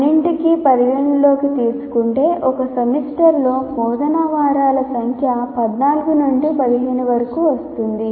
అన్నింటినీ పరిగణనలోకి తీసుకుంటే ఒక సెమిస్టర్లో బోధనా వారాల సంఖ్య 14 నుండి 15 వరకు వస్తుంది